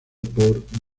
por